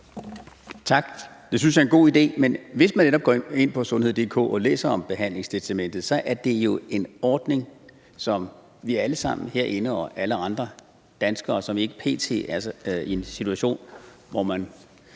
Tak. Det synes jeg er en god idé, men hvis man netop går ind på sundhed.dk og læser om behandlingstestamentet, er det jo en ordning, som vi alle sammen herinde og alle andre danskere, som ikke p.t. – forhåbentlig – er i en situation, hvor de